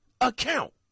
account